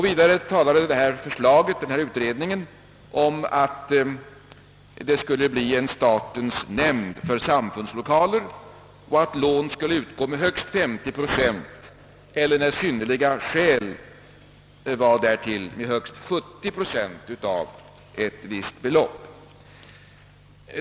Vidare talade utredningen om att det skulle tillsättas en statens nämnd för samfundslokaler och att lånen skulle utgå med högst 50 procent eller, när synnerliga skäl förefanns, med högst 70 procent av ett visst belopp.